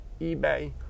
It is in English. eBay